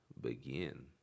begin